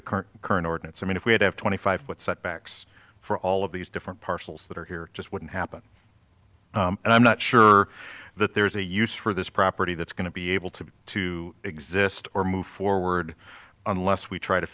the current current ordinance i mean if we had have twenty five what setbacks for all of these different parcels that are here just wouldn't happen and i'm not sure that there is a use for this property that's going to be able to to exist or move forward unless we try to